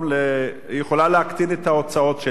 היא יכולה להקטין את ההוצאות שלה,